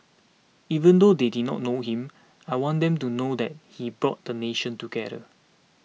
even though they did not know him I want them to know that he brought the nation together